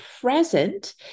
present